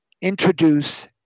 introduce